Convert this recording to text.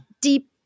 deep